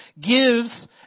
gives